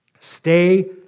Stay